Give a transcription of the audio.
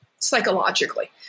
psychologically